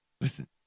Listen